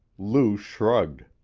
lou shrugged.